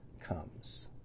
comes